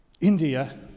India